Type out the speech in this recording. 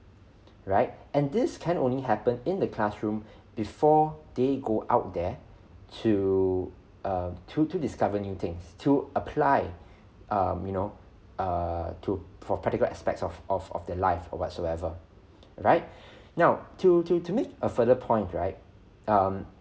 right and this can only happen in the classroom before they go out there to err to to discover new things to apply um you know err to for practical aspects of of of their life or whatsoever right now to to to make a further point right um